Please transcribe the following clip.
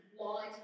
light